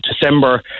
December